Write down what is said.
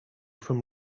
from